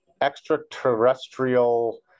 extraterrestrial